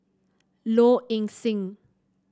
Low Ing Sing